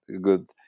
good